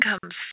comes